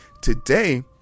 today